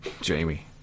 Jamie